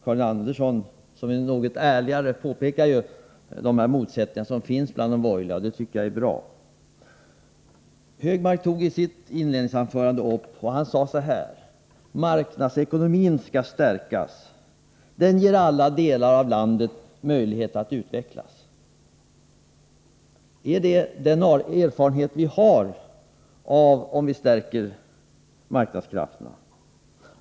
Karin Andersson, som är något ärligare, påpekar dessa motsättningar som finns bland de borgerliga, och det tycker jag är bra. Anders Högmark sade i sitt inledningsanförande att marknadsekonomin bör stärkas. Den skall ge alla delar av landet möjlighet att utvecklas. Men är det den erfarenheten vi har av att stärka marknadskrafterna?